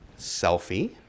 Selfie